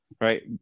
Right